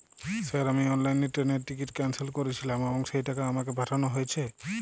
Sir আমি অনলাইনে ট্রেনের টিকিট ক্যানসেল করেছিলাম এবং সেই টাকা আমাকে পাঠানো হয়েছে?